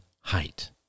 height